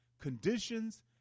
conditions